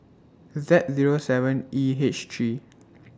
Z Zero seven E H three